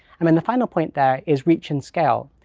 i mean, the final point there is reach and scale.